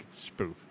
spoof